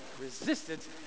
resistance